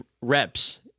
reps